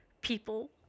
people